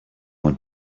want